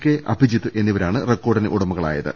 K Abhijith എന്നിവരാണ് റെക്കോർഡിന് ഉടമകളായത്